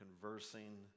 conversing